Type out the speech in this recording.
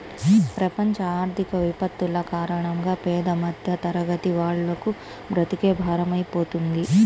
ప్రపంచ ఆర్థిక విపత్తుల కారణంగా పేద మధ్యతరగతి వాళ్లకు బ్రతుకే భారమైపోతుంది